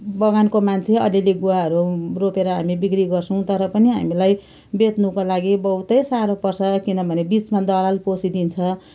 बगानको मान्छे अलि अलि गुवाहरू रोपेर हामी बिक्री गर्छौँ तर पनि हामीलाई बेच्नुको लागि बहुत साह्रो पर्छ किनभने बिचमा दलाल पसिदिन्छ